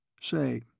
Say